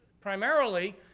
primarily